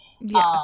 yes